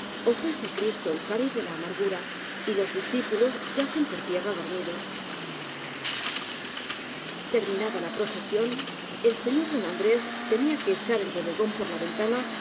ofrece á cristo el cáliz de la amargura y los discípulos yacen por tierra dormidos terminada la procesión el señor don andrés te nía que echar el bodegón por la ventana